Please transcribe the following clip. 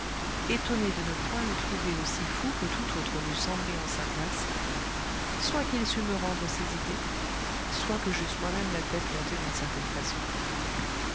étonné de ne point le trouver aussi fou que tout autre m'eût semblé en sa place soit qu'il sût me rendre ses idées soit que j'eusse moi-même la tête montée d'une certaine façon